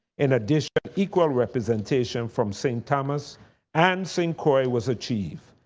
in addition, equal representation from st. thomas and st. croix was achieved.